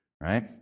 Right